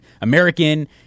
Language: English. american